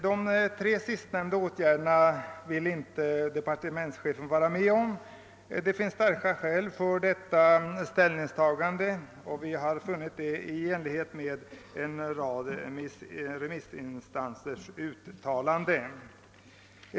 De tre sistnämnda åtgärderna vill departementschefen inte vara med om, och det finns starka skäl för det ställningstagandet. Det står också i överensstämmelse med vad en rad remissinstanser har uttalat.